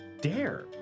Dare